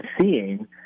seeing